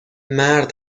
مرد